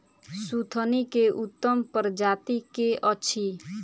सुथनी केँ उत्तम प्रजाति केँ अछि?